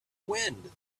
wind